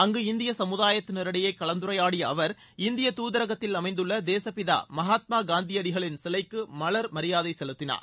அங்கு இந்திய சமூதாயத்தினரிடையே கலந்துரையாடிய அவர் இந்திய தூதரகத்தில் அமைந்துள்ள தேச பிதா மகாத்மா காந்தியடிகளின் சிலைக்கு மலர் மரியாதை செலுத்தினார்